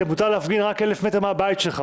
שמותר להפגין רק 1,000 מטר מהבית שלך.